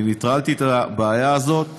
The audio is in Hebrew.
אני נטרלתי את הבעיה הזאת ואמרנו: